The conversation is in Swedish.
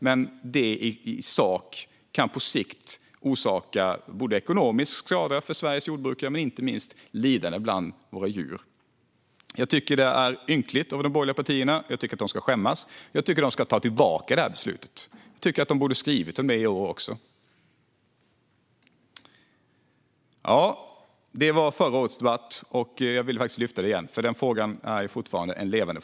Men det här kan på sikt orsaka både ekonomisk skada för Sveriges jordbrukare och inte minst lidande bland våra djur. Jag tycker att det är ynkligt av de borgerliga partierna. Jag tycker att de ska skämmas och att de ska dra tillbaka beslutet. De borde också ha skrivit om detta i år. Detta var förra årets debatt. Jag ville faktiskt lyfta fram den igen, för den här frågan är fortfarande levande.